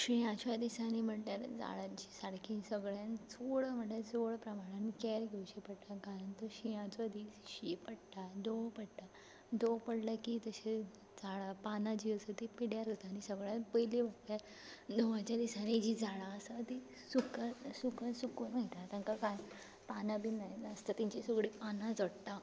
शिंयाच्या दिसांनी म्हटल्यार झाडांची सारकी सगळ्यांत चड म्हणल्यार चड प्रमाणांत कॅर घेवची पडटा कारण तो शिंयाचो दीस शीं पडटा दंव पडटा दंव पडले की तशें झाडां पानां जीं आसा तीं पिड्ड्यार जाता आनी सगळ्यांत पयलीं म्हटल्यार दंवाच्या दिसांनी जीं झाडां आसा तीं सुका सुका सुकून वयता तांकां कांय पानां बीन जायना आसता तांचीं सगळीं पानां झडटात